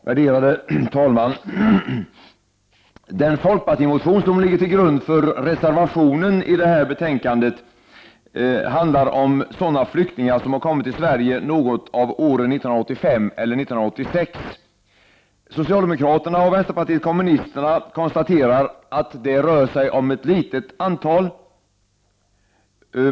Värderade talman! Den folkpartimotion som ligger till grund för reservationen i detta betänkande handlar om sådana flyktingar som har kommit till Sverige något av åren 1985 eller 1986. Socialdemokraterna och vpk konstaterar att det rör sig om ett litet antal.